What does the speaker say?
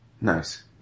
Nice